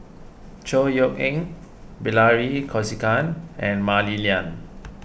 Chor Yeok Eng Bilahari Kausikan and Mah Li Lian